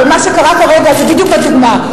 מה שקרה כרגע הוא בדיוק הדוגמה.